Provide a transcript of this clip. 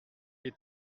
est